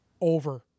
Over